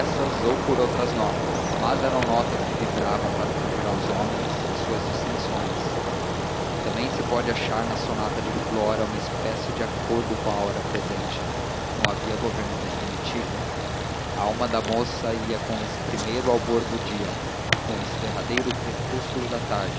essas ou por outras notas mas eram notas que vibravam para fugir aos homens e suas dissensões também se pode achar na sonata de flora uma espécie de acordo com a hora presente não havia governo definitivo a alma da moça ia com esse primeiro albor do dia ou com esse derradeiro crepúsculo da tarde